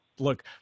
look